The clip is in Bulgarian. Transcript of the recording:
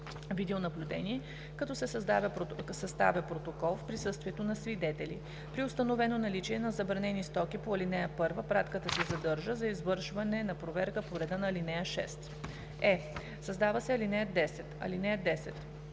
видеонаблюдение, като се съставя протокол в присъствието на свидетели. При установено наличие на забранени стоки по ал. 1 пратката се задържа за извършване на проверка по реда на ал. 6.“; е) създава се ал. 10: